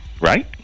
right